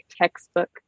textbook